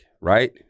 right